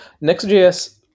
Next.js